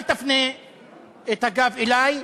אל תפנה אלי את אלי,